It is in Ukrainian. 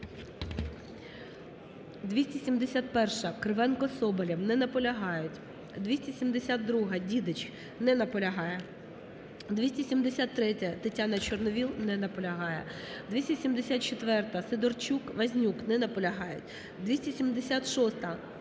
271-а, Кривенко, Соболєв. Не наполягають. 272-а, Дідич. Не наполягає. 273-я, Тетяна Чорновол. Не наполягає. 274-а, Сидорчук, Вознюк. Не наполягають. 276-а, Ткачук. Не наполягає.